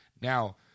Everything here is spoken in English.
Now